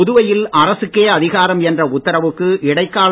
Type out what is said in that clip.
புதுவையில் அரசுக்கே அதிகாரம் என்ற உத்தரவுக்கு இடைக்கால